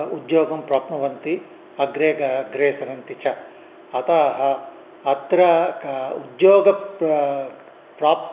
उद्योगं प्राप्नुवन्ति अग्रे ग अग्रे सरन्ति च अतः अत्र कः उद्योगः प्राप्